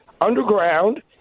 underground